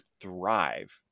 thrive